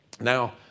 Now